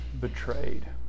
betrayed